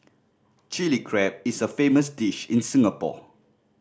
Chilli Crab is a famous dish in Singapore